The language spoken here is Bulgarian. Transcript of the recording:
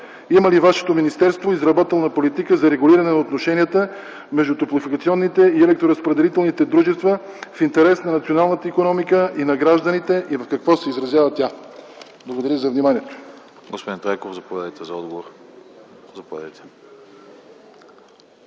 Има ли вашето министерство изработена политика за регулиране на отношенията между топлофикационните и електроразпределителните дружества в интерес на националната икономика и на гражданите и в какво се изразява тя? Благодаря за вниманието. ПРЕДСЕДАТЕЛ АНАСТАС